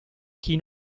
chi